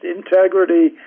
integrity